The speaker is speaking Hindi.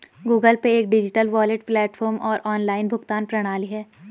गूगल पे एक डिजिटल वॉलेट प्लेटफ़ॉर्म और ऑनलाइन भुगतान प्रणाली है